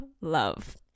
love